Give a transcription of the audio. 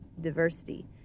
diversity